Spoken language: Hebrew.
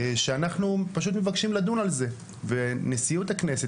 שאנחנו פשוט מבקשים לדון על זה ונשיאות הכנסת,